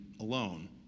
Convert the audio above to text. alone